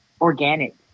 organic